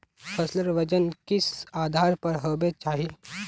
फसलेर वजन किस आधार पर होबे चही?